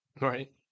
right